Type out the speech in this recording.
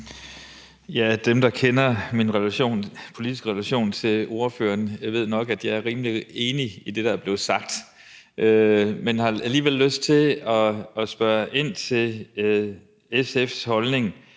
Dem, der kender min politiske relation til ordføreren, ved nok, at jeg er rimelig enig i det, der er blevet sagt. Men jeg har alligevel lyst til at spørge ind til SF's holdning